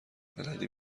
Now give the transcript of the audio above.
بلدی